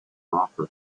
offer